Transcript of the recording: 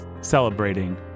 celebrating